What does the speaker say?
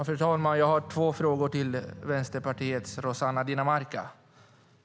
Fru talman! Jag har två frågor till Vänsterpartiets Rossana Dinamarca.